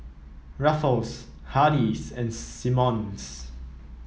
Ruffles Hardy's and Simmons